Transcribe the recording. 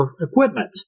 equipment